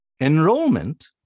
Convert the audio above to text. Enrollment